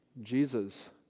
Jesus